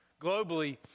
Globally